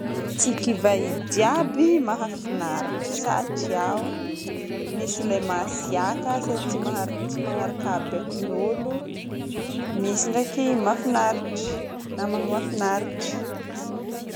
Tsy kiva io jiaby mahafinaritry satria misy ilay masiaka sady tsy maha- sady tsy magnaraka bekon'olo, misy ndraiky mahafinaritry. Namagna mahafinaritry.